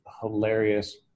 hilarious